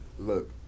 Look